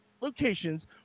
locations